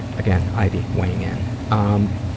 again, ivy weighing in. um,